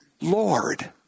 Lord